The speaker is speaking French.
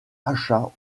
achat